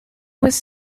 was